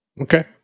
Okay